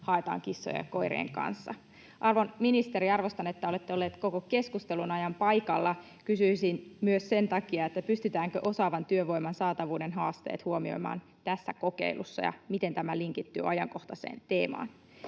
haetaan kissojen ja koirien kanssa. Arvon ministeri, arvostan, että olette ollut koko keskustelun ajan paikalla. Kysyisin myös sen takia: pystytäänkö osaavan työvoiman saatavuuden haasteet huomioimaan tässä kokeilussa ja miten tämä linkittyy ajankohtaiseen teemaan?